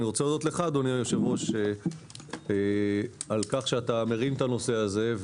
אני רוצה להודות לך אדוני היושב ראש על כך שאתה מרים את הנושא הזה.